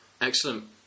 Excellent